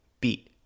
beat